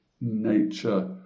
nature